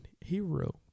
hero